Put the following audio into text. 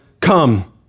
come